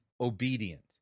obedient